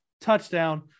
touchdown